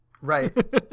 right